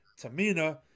Tamina